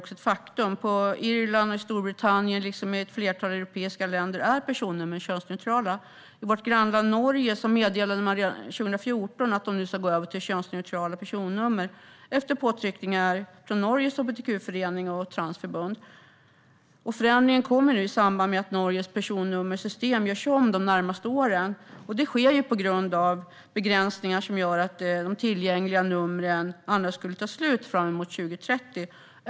På Irland och i Storbritannien, liksom i ett flertal europeiska länder, är personnummer könsneutrala. I vårt grannland Norge meddelade man redan 2014 att man skulle gå över till könsneutrala personnummer, efter påtryckningar från Norges hbtq-förening och från landets transförbund. Förändringen kommer nu i samband med att Norges personnummersystem görs om de närmaste åren, vilket sker på grund av begränsningar som gör att de tillgängliga numren annars skulle ta slut framemot 2030.